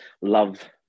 love